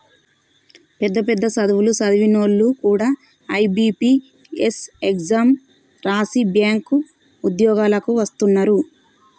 పెద్ద పెద్ద సదువులు సదివినోల్లు కూడా ఐ.బి.పీ.ఎస్ ఎగ్జాం రాసి బ్యేంకు ఉద్యోగాలకు వస్తున్నరు